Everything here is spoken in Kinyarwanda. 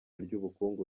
ry’ubukungu